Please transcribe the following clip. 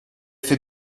fait